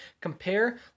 Compare